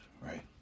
right